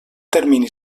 termini